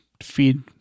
feed